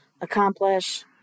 accomplish